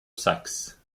saxe